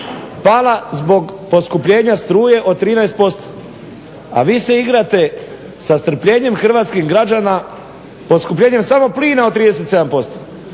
pala zbog poskupljenja struje od 13% a vi se igrate sa strpljenjem hrvatskih građana, poskupljenjem samo plina od 37%